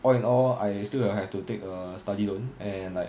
all in all I still have to take a study loan and like